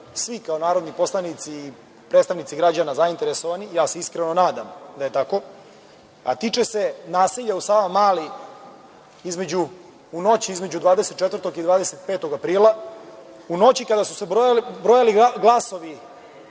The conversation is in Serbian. svi kao narodni poslanici i predstavnici građana zainteresovani, ja se iskreno nadam da je tako, a tiče se naselja u Savamali, u noći između 24. i 25. aprila, u noći kada su se brojali glasovi